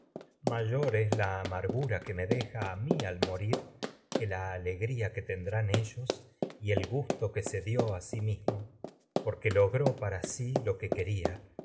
lo pierden que mayor es la deja a al morir dió a la alegría que tendrán ellos y el gusto que ría se la sí mismo porque que le logró para si lo que que